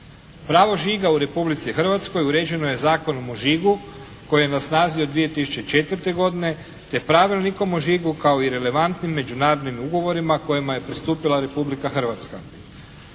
Pravo žiga u Republici Hrvatskoj uređeno je Zakonom o žigu koji je na snazi od 2004. godine te Pravilnikom o žigu kao i relevantnim međunarodnim ugovorima kojima je pristupila Republika Hrvatska.